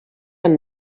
amb